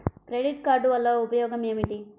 Credit card వల్ల ఉపయోగం ఏమిటీ?